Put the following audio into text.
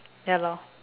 ya lor